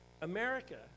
America